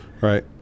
Right